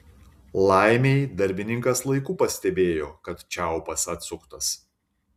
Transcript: laimei darbininkas laiku pastebėjo kad čiaupas atsuktas